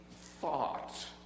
thought